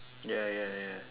ya ya ya